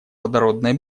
водородной